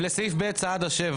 הצבעה הרביזיה לא אושרה.